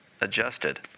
adjusted